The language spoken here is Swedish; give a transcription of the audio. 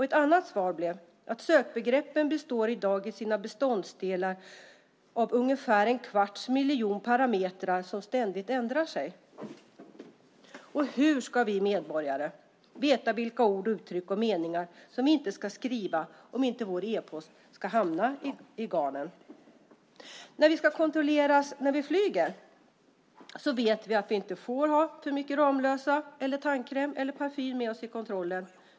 Ett annat svar var att sökbegreppen i dag består av ungefär en kvarts miljon parametrar som ständigt ändrar sig. Hur ska vi medborgare veta vilka ord, uttryck och meningar vi inte ska skriva om inte vår e-post ska fastna i garnen? När vi kontrolleras när vi ska flyga vet vi att vi inte får ha för mycket Ramlösa, tandkräm eller parfym med oss i kontrollen.